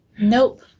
Nope